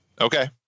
Okay